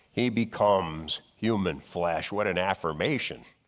he becomes human flesh what an affirmation.